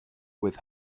with